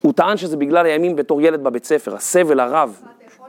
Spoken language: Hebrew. הוא טען שזה בגלל הימים בתור ילד בבית ספר, הסבל הרב.